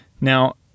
Now